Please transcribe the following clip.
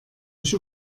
ich